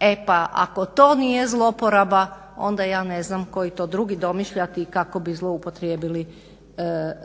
E pa ako to nije zlouporaba onda ja ne znam koji to drugi domišljati kako bi zloupotrijebili